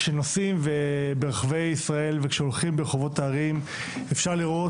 כשנוסעים ברחבי ישראל וכשהולכים ברחובות הערים אפשר לראות